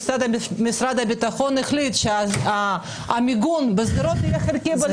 משרד הביטחון החליט שהמיגון בשדרות יהיה חלקי בלבד.